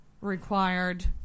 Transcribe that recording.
required